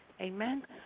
Amen